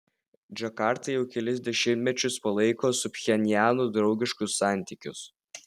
džakarta jau kelis dešimtmečius palaiko su pchenjanu draugiškus santykius